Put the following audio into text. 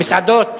מסעדות?